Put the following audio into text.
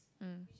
mm